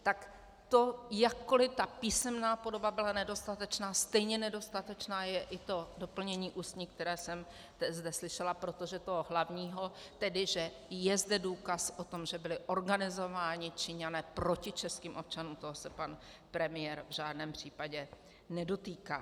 Tak to jakkoli ta písemná podoba byla nedostatečná, stejně nedostatečné je to doplnění ústní, které jsem zde slyšela, protože to hlavní, že je zde důkaz o tom, že byli organizováni Číňané proti českým občanům, toho se pan premiér v žádném případě nedotýká.